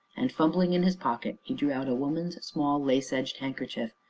and, fumbling in his pocket, he drew out a woman's small, lace-edged handkerchief,